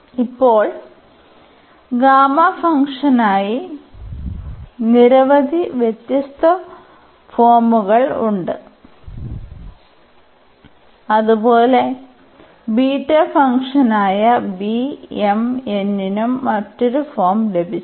ഇപ്പോൾ ഗാമാ ഫംഗ്ഷനായി നിരവധി വ്യത്യസ്ത ഫോമുകൾ ഉണ്ട് അതുപോലെ ബീറ്റ ഫംഗ്ഷനായ നും മറ്റൊരു ഫോം ലഭിച്ചു